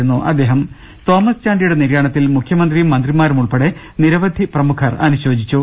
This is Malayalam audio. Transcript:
രുട്ടിട്ട്ട്ട്ട്ട്ട്ട തോമസ് ചാണ്ടിയുടെ നിര്യാണത്തിൽ മുഖ്യമന്ത്രിയും മന്ത്രിമാരും ഉൾപ്പെടെ നിരവധി പ്രമുഖർ അനുശോചിച്ചു